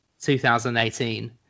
2018